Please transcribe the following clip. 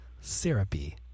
Syrupy